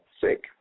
sick